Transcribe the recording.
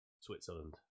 Switzerland